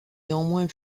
néanmoins